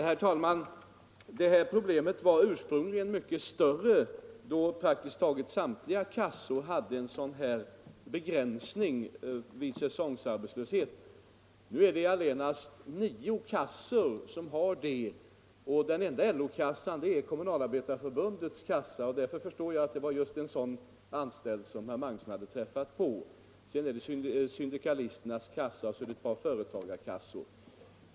Herr talman! Detta problem var ursprungligen mycket större då praktiskt taget samtliga kassor hade en begränsning vid säsongarbetslöshet. Nu är det endast nio kassor som har den. Den enda LO-kassan är Kommunalarbetarförbundets, och det är väl någon i den gruppen som herr Magnusson i Kristinehamn har träffat på. Sedan har vi sådana bestäm melser i syndikalisternas kassa och i en del företagarkassor.